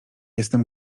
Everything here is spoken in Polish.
jestem